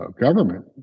government